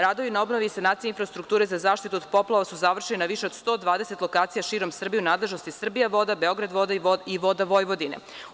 Radovi na obnovi i sanaciji infrastrukture za zaštitu od poplava su završeni na više od 120 lokacija širom Srbije u nadležnosti „Srbijavode“, „Beogradvode“ i „Vode Vojvodine“